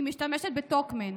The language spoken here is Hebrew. משתמשת ב'טוקמן'